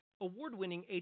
Award-winning